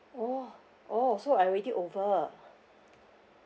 !whoa! oh so I already over